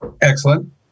Excellent